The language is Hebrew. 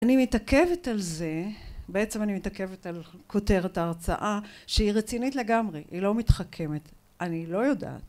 אני מתעכבת על זה, בעצם אני מתעכבת על כותרת ההרצאה, שהיא רצינית לגמרי, היא לא מתחכמת. אני לא יודעת...